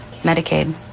Medicaid